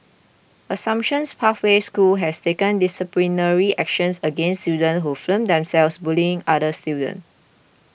Assumptions Pathway School has taken disciplinary actions against students who filmed themselves bullying another student